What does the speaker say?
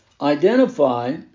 identify